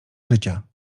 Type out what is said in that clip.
życia